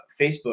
Facebook